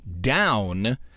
down